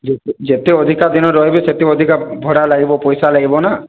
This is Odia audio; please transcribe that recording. ଯେ ଯେତେ ଅଧିକ ଦିନ ରହିବେ ସେତେ ଅଧିକ ଭଡ଼ା ଲାଗିବ ପଇସା ଲାଗିବ ନା